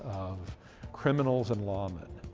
of criminals and lawmen,